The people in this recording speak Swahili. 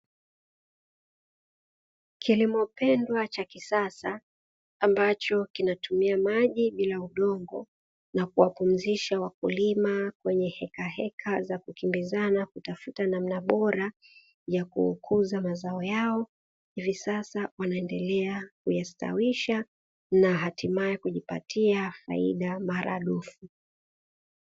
Kilimo pendwa cha kisasa ambacho kinatumia maji bila udongo na kuwapumzisha wakulima kwenye hekaheka za kukimbizana kutafuta namna bora ya kukuza mazao yao, hivi sasa wanaendelea kuyastawisha na hatimaye kujipatia faida maradufu.